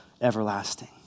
everlasting